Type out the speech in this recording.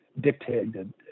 dictated